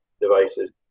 devices